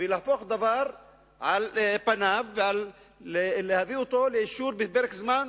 להפוך דבר על פניו ולהביא אותו לאישור בפרק זמן